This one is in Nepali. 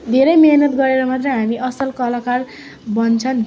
धेरै मिहिनेत गरेर मात्र हामी असल कलाकार बन्छन्